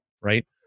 right